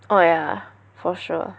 oh yeah for sure